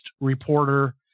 reporter